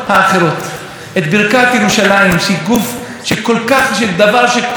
אני רוצה לייחל שתשרה על כולנו כל הזמן קדושתה של ירושלים.